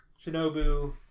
Shinobu